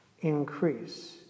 increase